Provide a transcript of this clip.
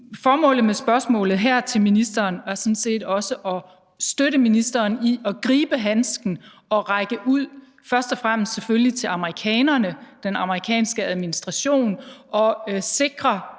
Formålet med spørgsmålet her til ministeren er sådan set også at støtte ministeren i at gribe handsken og række ud, først og fremmest selvfølgelig til amerikanerne, den amerikanske administration og sikre,